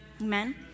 amen